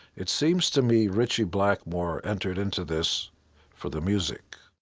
it seems to me ritchie blackmore entered into this for the music.